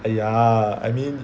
!aiya! I mean